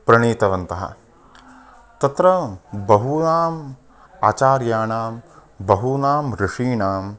प्रणीतवन्तः तत्र बहूनां आचार्याणां बहूनां ऋषीणाम्